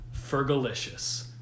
fergalicious